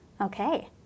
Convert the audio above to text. Okay